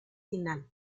final